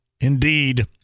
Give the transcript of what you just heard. indeed